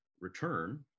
return